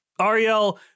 Ariel